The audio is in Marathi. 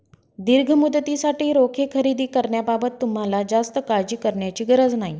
दीर्घ मुदतीसाठी रोखे खरेदी करण्याबाबत तुम्हाला जास्त काळजी करण्याची गरज नाही